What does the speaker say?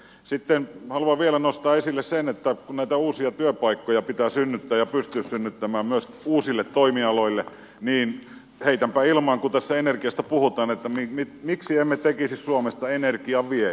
sitten haluan vielä nostaa esille sen kun näitä uusia työpaikkoja pitää synnyttää ja pystyä synnyttämään myös uusille toimialoille niin että heitänpä ilmaan kun tässä energiasta puhutaan että miksi emme tekisi suomesta energian viejää